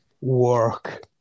work